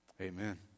amen